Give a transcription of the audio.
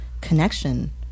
connection